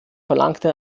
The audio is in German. verlangte